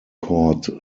court